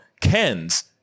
kens